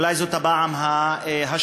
אולי זאת הפעם השלישית,